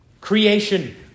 Creation